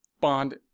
bond